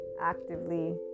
actively